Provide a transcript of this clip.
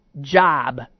job